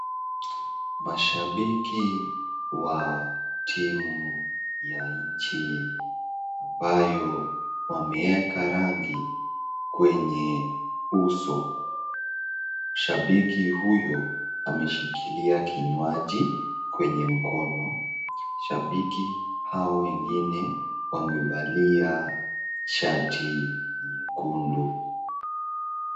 Mashabiki wa timu ya nchi ambayo wameeka rangi kwenye uso, shabiki huyo ameshikilia kinywaji kwenye mkono, shabiki hao wengine wamevalia shati nyekundu.